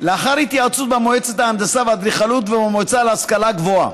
לאחר התייעצות במועצת ההנדסה והאדריכלות ובמועצה להשכלה גבוהה.